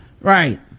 Right